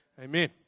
Amen